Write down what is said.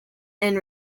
and